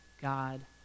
God